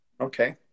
Okay